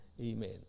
Amen